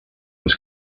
was